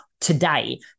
today